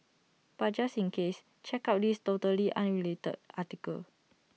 but just in case check out this totally unrelated article